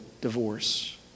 divorce